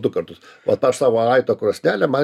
du kartus ot aš savo aito krosnelę man